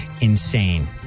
insane